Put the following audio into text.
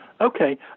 Okay